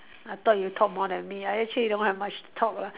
I thought you talk more than me I actually don't have much to talk ah